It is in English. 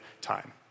time